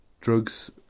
drugs